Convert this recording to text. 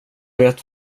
vet